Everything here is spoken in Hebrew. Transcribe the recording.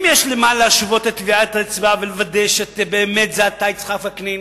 אם יש למה להשוות את טביעת האצבע ולוודא שבאמת אתה יצחק וקנין,